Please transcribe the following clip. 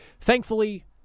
Thankfully